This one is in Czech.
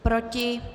Proti?